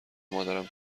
مادرم